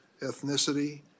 ethnicity